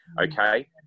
Okay